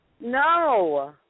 No